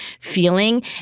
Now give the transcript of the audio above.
feeling